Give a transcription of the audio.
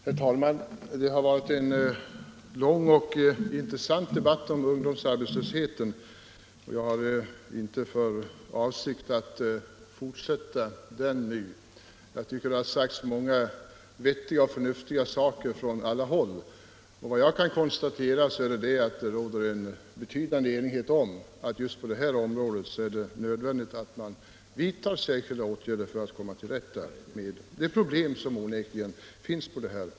Herr talman! Det har varit en lång och intressant debatt om ungdomsarbetslösheten, och jag har inte för avsikt att nu fortsätta den. Jag tycker att det har sagts många vettiga och förnuftiga saker från alla håll. Vad jag kan konstatera är att det råder en betydande enighet om att det just på det här området är nödvändigt att vidta särskilda åtgärder för att komma till rätta med de problem som onekligen finns.